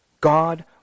God